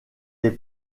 les